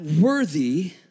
worthy